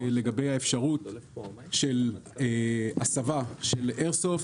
לגבי האפשרות של הסבה של איירסופט,